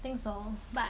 I think so but